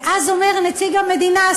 ואז אומר נציג המדינה,